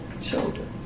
children